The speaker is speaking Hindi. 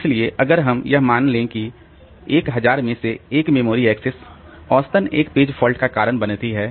इसलिए अगर हम यह मान लें कि 1000 में से एक मेमोरी एक्सेस औसतन एक पेज फॉल्ट का कारण बनती है